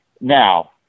Now